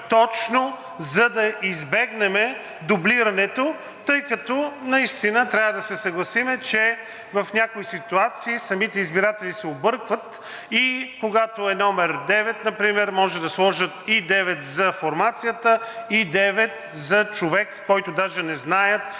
точно за да избегнем дублирането, тъй като наистина трябва да се съгласим, че в някои ситуации самите избиратели се объркват. Когато е № 9 например, може да сложат и 9 за формацията, и 9 за човек, който даже не знаят,